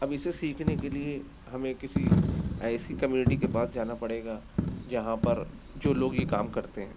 اب اسے سیکھنے کے لیے ہمیں کسی ایسی کمیونٹی کے پاس جانا پڑے گا جہاں پر جو لوگ یہ کام کرتے ہیں